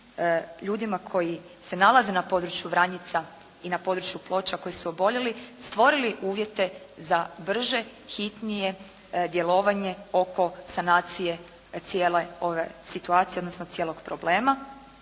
ljudima koji se nalaze na području Vranjica i na području Ploča koji su oboljeli stvorili uvjete za brže, hitnije djelovanje oko sanacije cijele ove